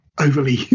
overly